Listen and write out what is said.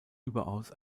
überaus